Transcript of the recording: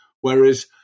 Whereas